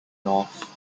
north